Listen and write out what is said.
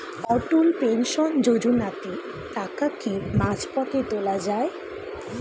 অটল pension যোজনাতে টাকা কি মাঝপথে তোলা যায়?